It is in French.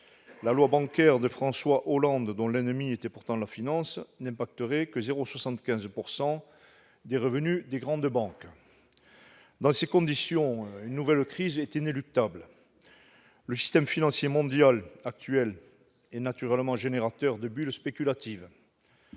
La loi bancaire de François Hollande, dont la finance était pourtant l'ennemie, n'impacterait que 0,75 % des revenus des grandes banques. Dans ces conditions, une nouvelle crise est inéluctable. Le système financier mondial actuel est naturellement générateur de bulles spéculatives.